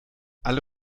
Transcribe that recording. alle